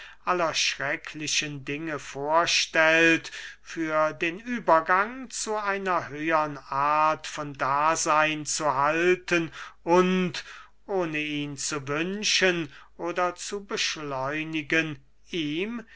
aller schrecklichen dinge vorstellt für den übergang zu einer höhern art von daseyn zu halten und ohne ihn zu wünschen oder zu beschleunigen ihm